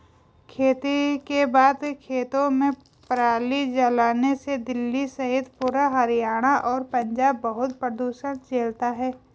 खेती के बाद खेतों में पराली जलाने से दिल्ली सहित पूरा हरियाणा और पंजाब बहुत प्रदूषण झेलता है